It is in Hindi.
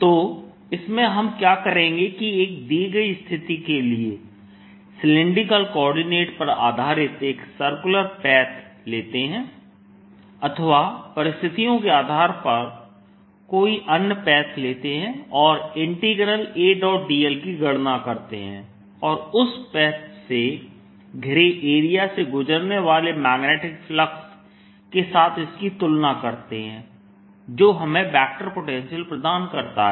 तो इसमें हम क्या करेंगे कि एक दी गई स्थिति के लिए सिलैंडरिकल कोऑर्डिनेट पर आधारित एक सर्कुलर पैथ लेते हैं अथवा परिस्थितियों के आधार पर कोई अन्य पैथ लेते हैं और Adl की गणना करते हैं और उस पथ से घिरे एरिया से गुजरने वाले मैग्नेटिक फ्लक्स के साथ इसकी तुलना करते हैं जो हमें वेक्टर पोटेंशियल प्रदान करता है